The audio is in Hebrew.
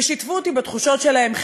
ושיתפו אותי בתחושות שלהם,